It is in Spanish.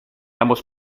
ambos